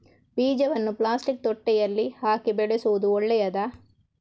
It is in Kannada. ಬೀಜವನ್ನು ಪ್ಲಾಸ್ಟಿಕ್ ತೊಟ್ಟೆಯಲ್ಲಿ ಹಾಕಿ ಬೆಳೆಸುವುದು ಒಳ್ಳೆಯದಾ?